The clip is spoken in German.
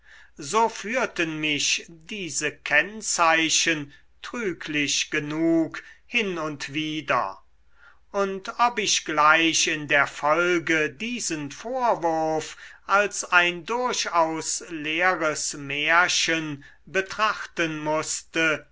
so führten mich diese kennzeichen trüglich genug hin und wider und ob ich gleich in der folge diesen vorwurf als ein durchaus leeres märchen betrachten mußte